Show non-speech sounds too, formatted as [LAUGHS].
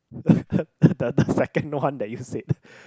[LAUGHS] the the second one that you said